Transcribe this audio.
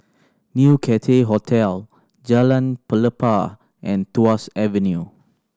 New Cathay Hotel Jalan Pelepah and Tuas Avenue